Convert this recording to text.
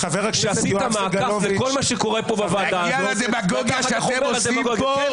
חברת הכנסת קארין אלהרר, את בקריאה ראשונה.